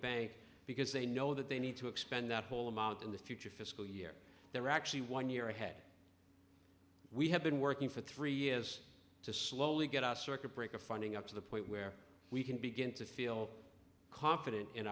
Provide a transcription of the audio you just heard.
bank because they know that they need to expend that whole amount in the future fiscal year they're actually one year ahead we have been working for three years to slowly get a circuit breaker funding up to the point where we can begin to feel confident in